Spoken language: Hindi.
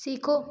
सीखो